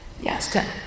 Yes